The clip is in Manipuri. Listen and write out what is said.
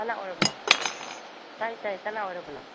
ꯀꯅꯥ ꯑꯣꯏꯔꯕꯅꯣ ꯇꯥꯌꯦ ꯇꯥꯌꯦ ꯀꯅꯥ ꯑꯣꯏꯔꯕꯅꯣ